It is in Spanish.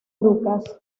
lucas